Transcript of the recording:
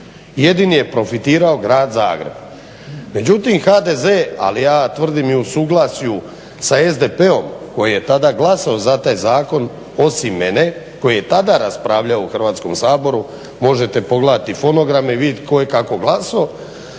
Jedini je profitirao grad Zagreb. Međutim, HDZ ali ja tvrdim i u suglasju sa SDP-om koji je tada glasao za taj zakon, osim mene koji je tada raspravljao u Hrvatskom saboru, možete pogledati fonograme i vidjeti tko je kako glasao